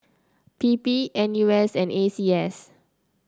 P P N U S and A C S